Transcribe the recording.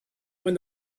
when